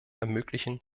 ermöglichen